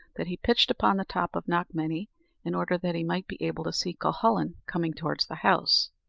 that he pitched upon the top of knockmany in order that he might be able to see cuhullin coming towards the house.